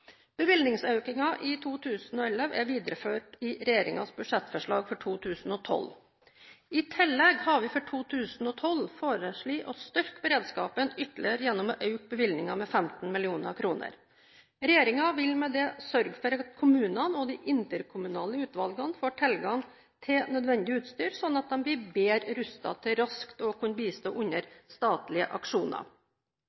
i 2011 er videreført i regjeringens budsjettforslag for 2012. I tillegg har vi for 2012 foreslått å styrke beredskapen ytterligere gjennom å øke bevilgningen med 15 mill. kr. Regjeringen vil med dette sørge for at kommunene og de interkommunale utvalgene får tilgang til nødvendig utstyr, slik at de blir bedre rustet til raskt å kunne bistå under